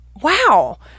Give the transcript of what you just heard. wow